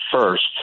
first